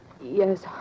Yes